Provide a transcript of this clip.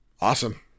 Awesome